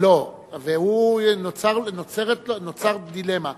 לא, ונוצרת דילמה.